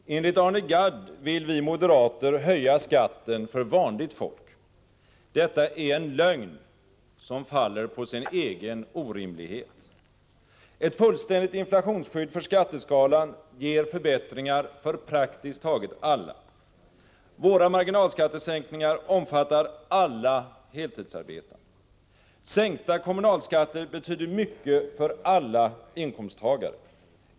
Herr talman! Enligt Arne Gadd vill vi moderater höja skatten för vanligt folk. Detta är en lögn som faller på sin egen orimlighet. Ett fullständigt inflationsskydd för skatteskalan ger förbättringar för praktiskt taget alla. Våra förslag till marginalskattesänkningar omfattar alla heltidsarbetande. Sänkta kommunalskatter betyder mycket för alla inkomsttagare.